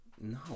No